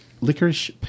Licorice